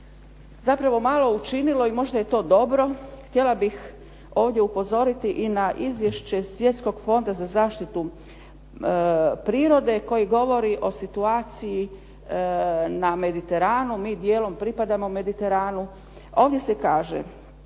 zapravo malo učinilo i možda je to dobro. Htjela bih ovdje upozoriti i na Izvješće Svjetskog fonda za zaštitu prirode koji govori o situaciji na Mediteranu. Mi dijelom pripadamo Mediteranu. Ovdje se kaže